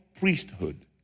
priesthood